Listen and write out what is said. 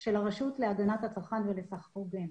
של הרשות להגנת הצרכן ולסחר הוגן.